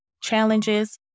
challenges